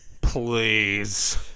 Please